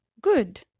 good